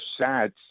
sad